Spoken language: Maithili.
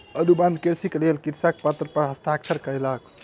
अनुबंध कृषिक लेल कृषक पत्र पर हस्ताक्षर कयलक